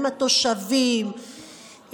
עם התושבים,